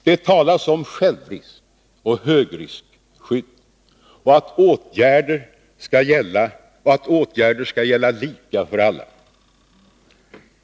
Det talas om ”självrisk” och ”högriskskydd” och att åtgärder skall gälla ”lika för alla”.